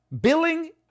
Billing